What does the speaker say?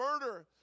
murder